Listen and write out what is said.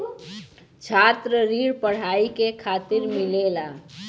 छात्र ऋण पढ़ाई के खातिर मिलेला